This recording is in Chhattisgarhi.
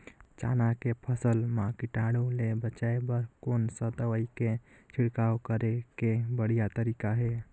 चाना के फसल मा कीटाणु ले बचाय बर कोन सा दवाई के छिड़काव करे के बढ़िया तरीका हे?